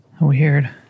Weird